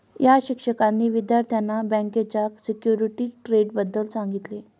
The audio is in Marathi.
या शिक्षकांनी विद्यार्थ्यांना बँकेच्या सिक्युरिटीज ट्रेडबद्दल सांगितले